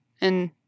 and-